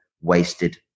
wasted